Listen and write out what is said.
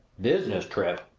business trip!